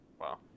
Wow